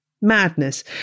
Madness